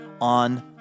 on